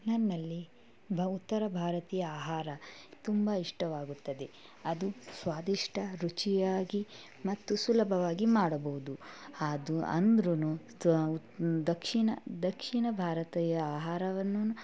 ನನ್ನಲ್ಲಿ ಬ ಉತ್ತರ ಭಾರತೀಯ ಆಹಾರ ತುಂಬ ಇಷ್ಟವಾಗುತ್ತದೆ ಅದು ಸ್ವಾದಿಷ್ಟ ರುಚಿಯಾಗಿ ಮತ್ತು ಸುಲಭವಾಗಿ ಮಾಡಬಹುದು ಅದು ಅಂದ್ರು ದಕ್ಷಿಣ ದಕ್ಷಿಣ ಭಾರತೀಯ ಆಹಾರವನ್ನು